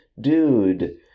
dude